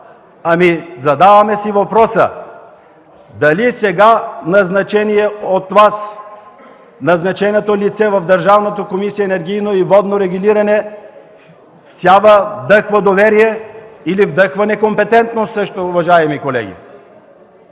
Задаваме си въпроса: дали сега назначеното от Вас лице в Държавната комисия за енергийно и водно регулиране вдъхва доверие или вдъхва некомпетентност също, уважаеми колеги?